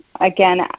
again